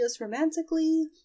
romantically